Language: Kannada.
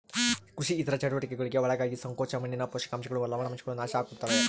ಕೃಷಿ ಇತರ ಚಟುವಟಿಕೆಗುಳ್ಗೆ ಒಳಗಾಗಿ ಸಂಕೋಚ ಮಣ್ಣಿನ ಪೋಷಕಾಂಶಗಳು ಲವಣಾಂಶಗಳು ನಾಶ ಆಗುತ್ತವೆ